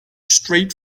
straight